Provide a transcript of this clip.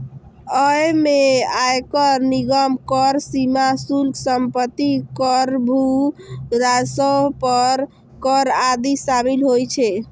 अय मे आयकर, निगम कर, सीमा शुल्क, संपत्ति कर, भू राजस्व पर कर आदि शामिल होइ छै